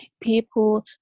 people